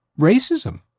racism